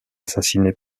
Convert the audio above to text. assassinée